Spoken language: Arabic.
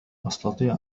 أستطيع